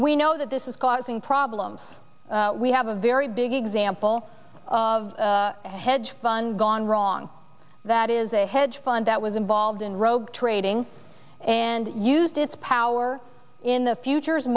we know that this is causing problems we have a very big example of a hedge fund gone wrong that is a hedge fund that was involved in rogue trading and used its power in the future